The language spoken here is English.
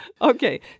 Okay